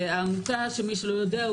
למי שלא יודע,